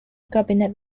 cabinet